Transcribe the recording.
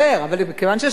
אבל מכיוון ששאלת,